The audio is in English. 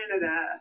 Canada